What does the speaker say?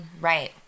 right